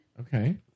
Okay